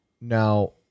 Now